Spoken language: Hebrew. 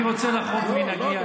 אני רוצה לחרוג ממנהגי.